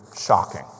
shocking